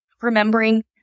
remembering